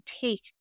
take